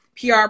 PR